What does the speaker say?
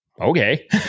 okay